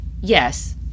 yes